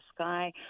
sky